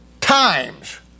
times